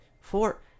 Four